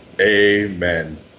Amen